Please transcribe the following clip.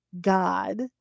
God